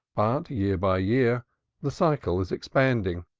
but year by year the circle is expanding,